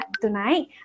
tonight